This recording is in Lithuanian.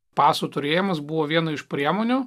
pasų turėjimas buvo viena iš priemonių